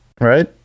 right